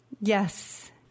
Yes